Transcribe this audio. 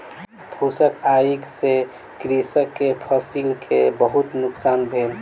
फूसक आइग से कृषक के फसिल के बहुत नुकसान भेल